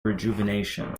rejuvenation